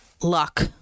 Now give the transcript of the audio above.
luck